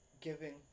giving